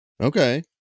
Okay